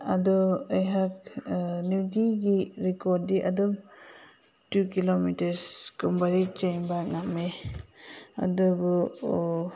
ꯑꯗꯨ ꯑꯩꯍꯥꯛ ꯅꯨꯡꯇꯤꯒꯤ ꯔꯦꯀꯣꯔꯠꯇꯤ ꯑꯗꯨꯝ ꯇꯨ ꯀꯤꯂꯣꯃꯤꯇꯔꯁꯀꯨꯝꯕꯗꯤ ꯆꯦꯟꯕ ꯉꯝꯃꯦ ꯑꯗꯨꯕꯨ